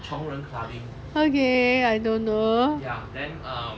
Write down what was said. okay I don't know